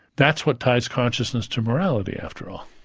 that's what ties consciousness to morality, after all.